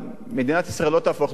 מדינת ישראל לא תהפוך לבית-תמחוי.